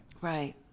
right